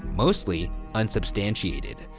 mostly unsubstantiated.